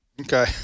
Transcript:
Okay